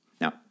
Now